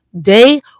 day